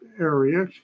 area